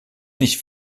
nicht